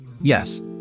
Yes